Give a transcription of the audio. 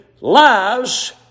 lives